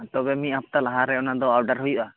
ᱛᱚᱵᱮ ᱢᱤᱫ ᱦᱟᱯᱛᱟ ᱞᱟᱦᱟᱨᱮ ᱚᱱᱟᱫᱚ ᱚᱰᱟᱨ ᱦᱩᱭᱩᱜᱼᱟ